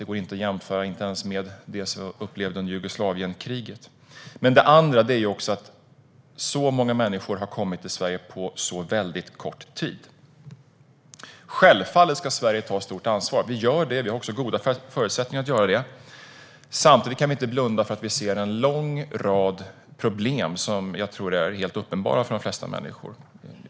Det går inte att jämföra ens med vad som hände under Jugoslavienkriget. Så många människor har kommit till Sverige på så kort tid. Självfallet ska Sverige ta stort ansvar. Vi gör det, och vi har goda förutsättningar att göra det. Samtidigt kan vi inte blunda för att det finns en lång rad problem, som är helt uppenbara för de flesta människor.